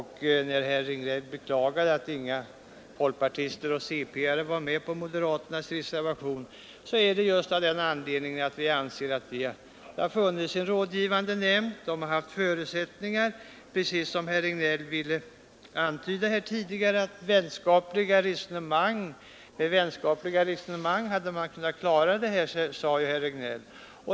Herr Regnéll beklagade att inga folkpartiser och inga centerpartister var med på moderaternas reservation. Orsaken är just att det har funnits en rådgivande nämnd, där man haft förutsättningar att föra vänskapliga resonemang. Herr Regnéll ville ju också antyda att med vänskapliga resonemang hade man kunnat klara detta.